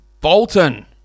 Bolton